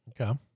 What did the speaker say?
Okay